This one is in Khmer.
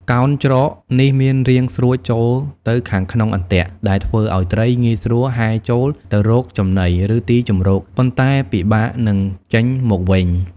កោណច្រកនេះមានរាងស្រួចចូលទៅខាងក្នុងអន្ទាក់ ដែលធ្វើឲ្យត្រីងាយស្រួលហែលចូលទៅរកចំណី ឬទីជម្រក ប៉ុន្តែពិបាកនឹងចេញមកវិញ។